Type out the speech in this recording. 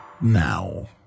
now